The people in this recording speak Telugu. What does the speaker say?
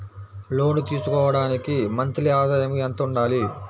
లోను తీసుకోవడానికి మంత్లీ ఆదాయము ఎంత ఉండాలి?